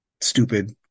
stupid